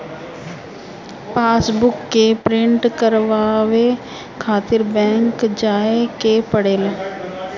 passbook के print करवावे खातिर बैंक जाए के पड़ेला